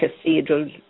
cathedral